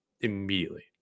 immediately